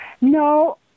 No